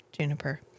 juniper